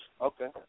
Okay